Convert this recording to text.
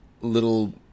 little